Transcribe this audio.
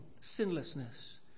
sinlessness